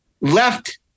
left